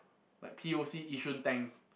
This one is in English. like P_O_C Yishun thanks